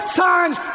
signs